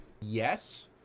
Yes